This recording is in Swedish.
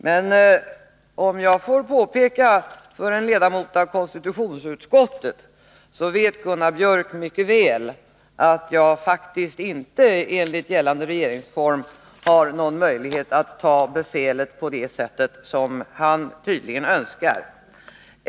Men — om jag får påpeka det för en ledamot av konstitutionsutskottet — Gunnar Biörck vet mycket väl att jag faktiskt inte, enligt gällande regeringsform, har någon möjlighet att ta befälet på det sätt som han tydligen önskar.